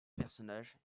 personnages